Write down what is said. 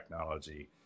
technology